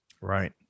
Right